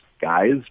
guys